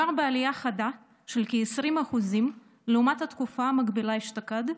מדובר בעלייה חדה של כ-20% לעומת התקופה המקבילה אשתקד,